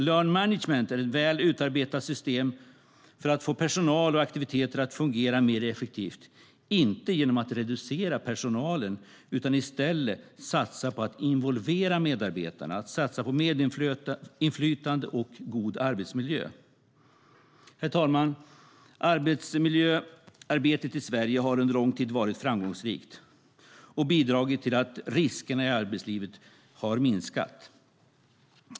Lean management är ett väl utarbetat system för att få personal och aktiviteter att fungera mer effektivt, inte genom att reducera personalen utan i stället genom att satsa på att involvera medarbetarna, ge dem medinflytande och en god arbetsmiljö. Herr talman! Arbetsmiljöarbetet i Sverige har under lång tid varit framgångsrikt och bidragit till att riskerna i arbetslivet har minskat.